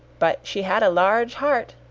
but she had a large heart!